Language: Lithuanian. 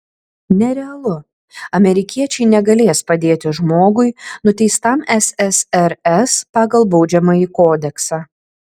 nerealu amerikiečiai negalės padėti žmogui nuteistam ssrs pagal baudžiamąjį kodeksą